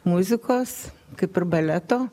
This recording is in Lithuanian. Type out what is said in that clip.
muzikos kaip ir baleto